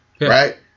right